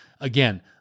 again